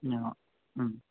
ഉം